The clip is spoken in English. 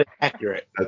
Accurate